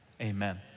Amen